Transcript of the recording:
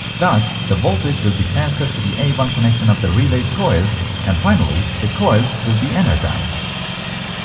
thus the voltage will be transferred to the a one connection of the relays' coils and finally, the coils will be energized